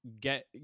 get